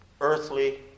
earthly